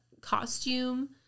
costume